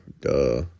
Duh